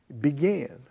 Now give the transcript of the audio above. began